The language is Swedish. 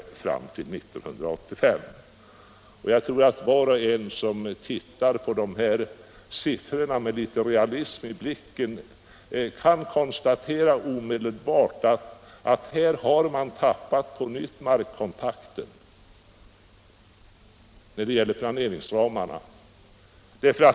Jag tror att var och en som tittar på dessa siffror med litet realism i blicken omedelbart kan konstatera att här har man på nytt tappat markkontakten när det gäller planeringsramarna.